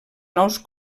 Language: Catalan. nous